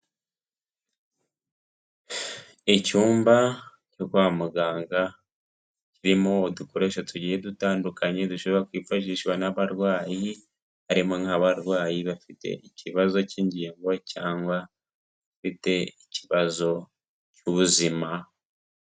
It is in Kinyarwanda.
Icyumba cyo kwa muganga kirimo udukoresho tugiye dutandukanye dushobora kwifashishwa n'abarwayi harimo nk'abarwayi bafite ikibazo cy'ingingo cyangwa bafite ikibazo cy'ubuzima.